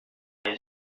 ati